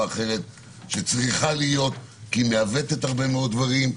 אחרת שצריכה להיות כי היא מעוותת הרבה מאוד דברים,